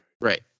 Right